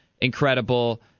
incredible